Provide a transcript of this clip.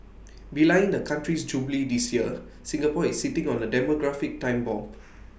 belying the country's jubilee this year Singapore is sitting on A demographic time bomb